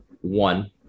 one